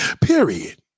Period